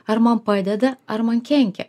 ar man padeda ar man kenkia